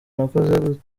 nakoze